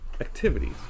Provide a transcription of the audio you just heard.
activities